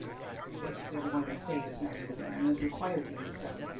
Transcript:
basically everyone in the state is now using them, and is required to use them.